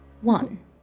One